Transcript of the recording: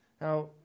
Now